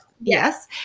Yes